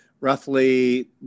roughly